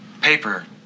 paper